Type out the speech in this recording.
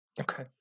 Okay